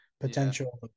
potential